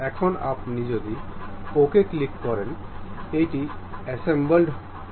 এখন আপনি যদি OK ক্লিক করেন এটি অ্যাসেম্বলড করা হবে